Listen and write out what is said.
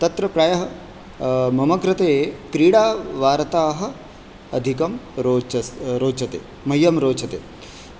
तत्र प्रायः मम कृते क्रीडावार्ताः अधिकं रोचस् रोचते मह्यं रोचते